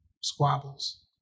squabbles